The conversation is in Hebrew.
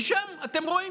כי שם אתם רואים,